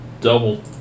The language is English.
double